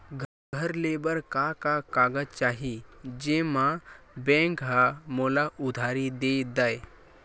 घर ले बर का का कागज चाही जेम मा बैंक हा मोला उधारी दे दय?